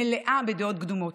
מלאה בדעות קדומות.